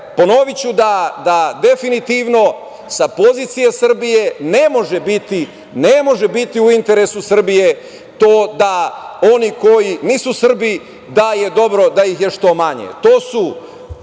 ponoviću da definitivno sa pozicije Srbije ne može biti u interesu Srbije to da oni koji nisu Srbi da je dobro da ih je što manje.